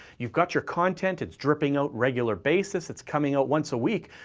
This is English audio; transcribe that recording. you've got your content, it's dripping out regular basis, it's coming out once a week,